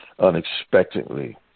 unexpectedly